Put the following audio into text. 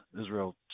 Israel